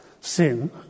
sin